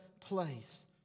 place